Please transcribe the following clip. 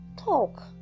Talk